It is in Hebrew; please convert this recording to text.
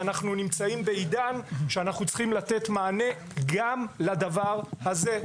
אנחנו נמצאים בעידן שאנחנו צריכים לתת מענה גם לדבר הזה.